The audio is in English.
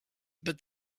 but